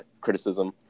criticism